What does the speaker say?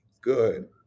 Good